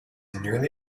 nearly